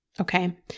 okay